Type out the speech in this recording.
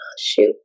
Shoot